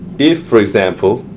if, for example.